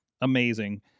amazing